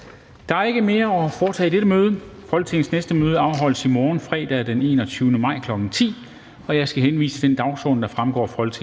Der er ikke mere at foretage i dette møde. Folketingets næste møde afholdes i morgen, fredag den 21. maj, kl. 10.00. Jeg skal henvise til den dagsorden, der fremgår af Folketingets hjemmeside.